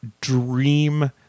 dream